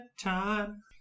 time